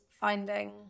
finding